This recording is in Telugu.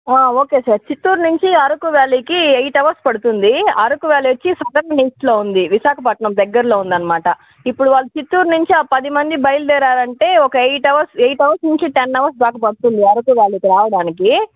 ఓకే సార్ చిత్తూరు నుంచి అరకు వ్యాలీకి ఎయిట్ హవర్స్ పడుతుంది అరకు వ్యాలీ వచ్చి సెకండ్ లిస్టులో ఉంది విశాఖపట్నం దగ్గరలో ఉందనమాట ఇప్పుడు చిత్తూరు నుంచి ఆ పది మంది బయలు దేరారంటే ఒక ఎయిట్ హవర్స్ ఎయిట్ హవర్స్ నుంచి టెన్ హవర్స్ దాకా పడుతుంది అరకు వ్యాలీకి రావడానికి